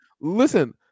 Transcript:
Listen